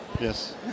Yes